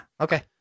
Okay